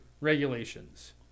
Regulations